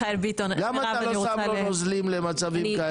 למה אתה לא שם לו נוזלים למצבים כאלה?